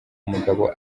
mugabo